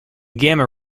gamma